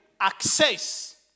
access